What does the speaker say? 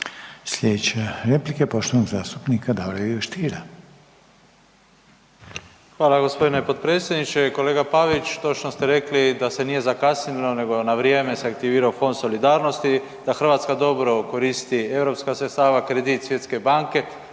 Slijedeća replika poštovanog zastupnika Davora Ive Stiera. **Stier, Davor Ivo (HDZ)** Hvala g. potpredsjedniče. Kolega Pavić, točno ste rekli da se nije zakasnilo nego na vrijeme se aktivirao Fond solidarnosti da Hrvatska dobro koristi europska sredstva, kredit Svjetske banke.